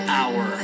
hour